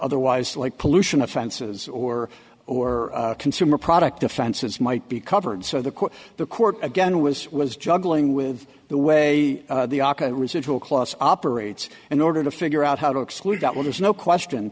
otherwise like pollution offenses or or consumer product offenses might be covered so the court the court again was was juggling with the way the aka residual clause operates in order to figure out how to exclude that well there's no question